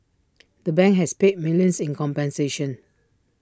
the bank has paid millions in compensation